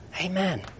Amen